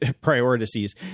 priorities